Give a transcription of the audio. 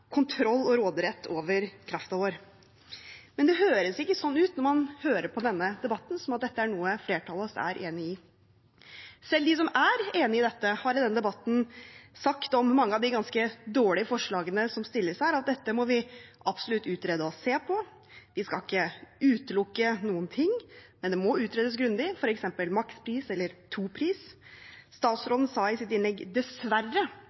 kontroll og råderett over kraften vår. Men når man hører på denne debatten, virker det ikke som om dette er noe flertallet av oss er enig i. Selv de som er enig i dette, har i debatten sagt om mange av de ganske dårlige forslagene som stilles her, at dette må vi absolutt utrede og se på, vi skal ikke utelukke noen ting, men det må utredes grundig, f.eks. makspris eller topris.